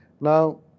Now